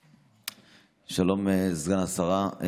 שלום, סגן השרה.